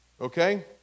okay